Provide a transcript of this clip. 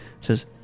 says